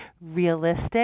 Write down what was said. realistic